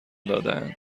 دادهاند